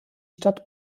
stadt